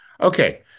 Okay